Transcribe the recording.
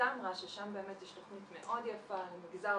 תמרה ששם באמת יש תכנית מאוד יפה למגזר.